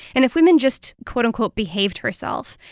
and if women just, quote, unquote, behaved herself,